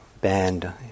band